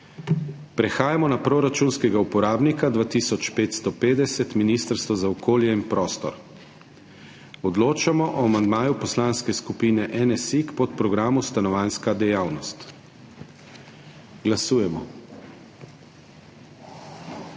Prehajamo na proračunskega uporabnika 2550 Ministrstvo za okolje in prostor. Odločamo o amandmaju Poslanske skupine NSi k podprogramu Stanovanjska dejavnost. Glasujemo.